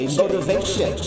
motivation